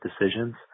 decisions